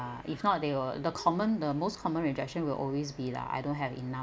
ah if not they will the common the most common rejection will always be lah I don't have enough